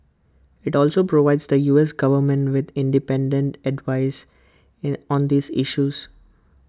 IT also provides the U S Government with independent advice in on these issues